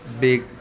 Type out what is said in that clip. big